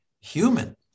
human